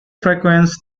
frequents